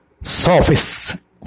sophists